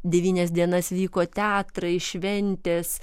devynias dienas vyko teatrai šventės